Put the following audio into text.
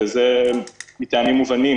וזה מטעמים מובנים